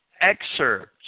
excerpts